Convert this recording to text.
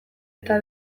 eta